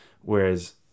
whereas